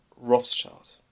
Rothschild